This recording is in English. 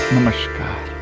Namaskar